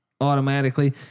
automatically